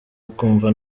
ukumva